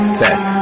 test